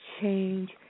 change